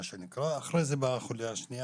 אחרי זה כל השאר.